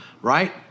Right